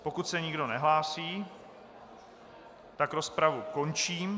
Pokud se nikdo nehlásí, rozpravu končím.